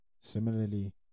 Similarly